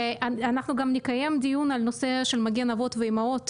אנחנו גם נקיים דיון על הנושא של מגן אבות ואימהות,